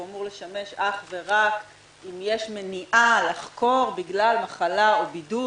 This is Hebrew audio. הוא אמור לשמש אך ורק אם יש מניעה לחקור בגלל מחלה או בידוד.